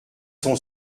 son